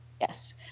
Yes